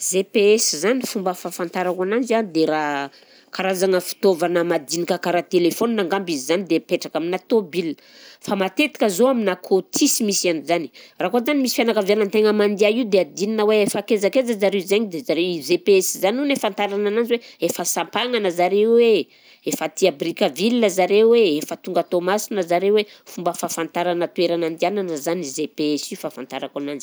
GPS zany fomba fahafantarako ananzy a dia raha karazagna fitaovana madinika karaha telefaonina angamba izy zany dia mipetraka aminà tômôbila, fa matetika zao aminà cotisse misy an'zany, raha koa zany misy fianakaviana an-tegna mandià io dia adinina hoe efa akaizakaiza zareo zegny dia zare i GPS zany hono ahafantarana ananzy hoe efa Ansapagnana zareo e! Efa aty a Brickaville zareo e! Efa tonga a Toamasina zareo e! Fomba fahafantarana toerana andiànana zany GPS io fahafantarako ananjy.